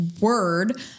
word